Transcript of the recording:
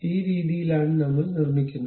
ഈ രീതിയിലാണ് നമ്മൾ നിർമ്മിക്കുന്നത്